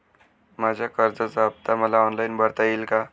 माझ्या कर्जाचा हफ्ता मला ऑनलाईन भरता येईल का?